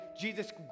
Jesus